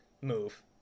move